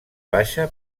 baixa